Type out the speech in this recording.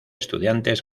estudiantes